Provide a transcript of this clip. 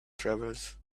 travels